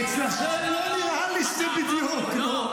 אצלכם לא נראה לי שזה בדיוק.